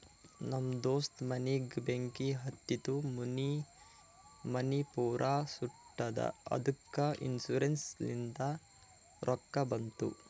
ನಮ್ ದೋಸ್ತ ಮನಿಗ್ ಬೆಂಕಿ ಹತ್ತಿತು ಮನಿ ಪೂರಾ ಸುಟ್ಟದ ಅದ್ದುಕ ಇನ್ಸೂರೆನ್ಸ್ ಲಿಂತ್ ರೊಕ್ಕಾ ಬಂದು